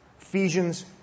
Ephesians